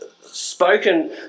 spoken